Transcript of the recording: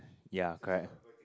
ya correct